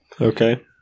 Okay